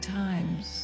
times